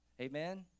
Amen